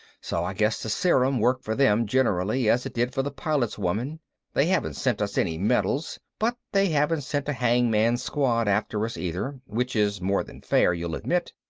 so i guess the serum worked for them generally as it did for the pilot's woman they haven't sent us any medals, but they haven't sent a hangman's squad after us either which is more than fair, you'll admit.